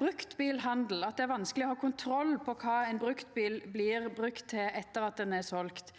bruktbilhandel – at det er vanskeleg å ha kontroll på kva ein bruktbil blir brukt til etter at han er seld.